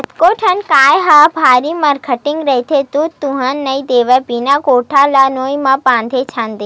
कतको ठन गाय ह भारी मरखंडी रहिथे दूद दूहन नइ देवय बिना गोड़ ल नोई म बांधे छांदे